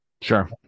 sure